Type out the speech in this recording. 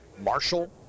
Marshall